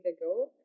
ago